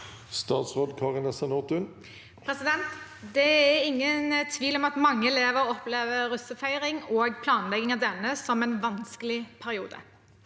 Statsråd Kari Nessa Nordtun Det er in- gen tvil om at mange elever opplever russefeiringen og planleggingen av den som en vanskelig periode.